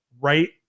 right